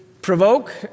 provoke